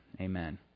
Amen